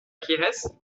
quieres